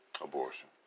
Abortion